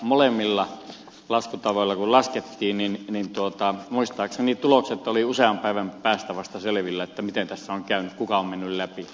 molemmilla laskutavoilla kun laskettiin niin muistaakseni tulokset olivat vasta usean päivän päästä selvillä että miten tässä on käynyt kuka on mennyt läpi